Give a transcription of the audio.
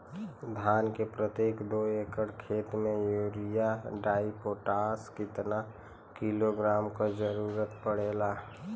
धान के प्रत्येक दो एकड़ खेत मे यूरिया डाईपोटाष कितना किलोग्राम क जरूरत पड़ेला?